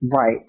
right